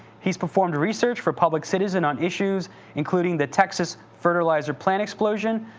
he's performed research for public citizen on issues including the texas fertilizer plant explosion,